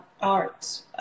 art